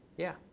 yeah.